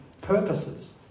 purposes